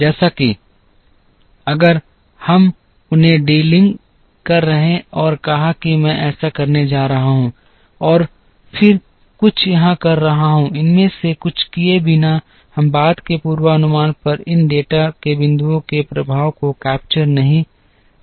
जैसे कि अगर हम उन्हें डीलिंक कर रहे हैं और कहा कि मैं ऐसा करने जा रहा हूं और फिर कुछ यहां कर रहा हूं इनमें से कुछ किए बिना हम बाद के पूर्वानुमान पर इन डेटा बिंदुओं के प्रभाव को कैप्चर नहीं कर रहे हैं